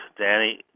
Danny